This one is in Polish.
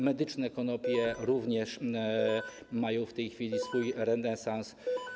Medyczne konopie również przeżywają w tej chwili swój renesans.